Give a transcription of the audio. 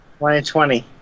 2020